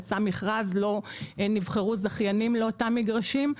יצא מכרז ולא נבחרו זכיינים לאותם מגרשים,